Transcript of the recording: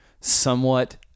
somewhat